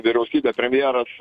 vyriausybė premjeras